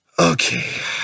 Okay